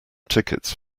tickets